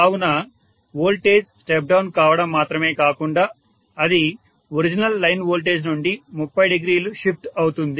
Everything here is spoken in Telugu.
కావున వోల్టేజ్ స్టెప్ డౌన్ కావడం మాత్రమే కాకుండా అది ఒరిజినల్ లైన్ వోల్టేజ్ నుండి 30 డిగ్రీలు షిఫ్ట్ అవుతుంది